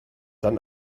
dann